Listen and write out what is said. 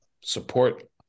support